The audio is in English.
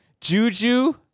Juju